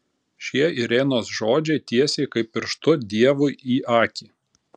šie irenos žodžiai tiesiai kaip pirštu dievui į akį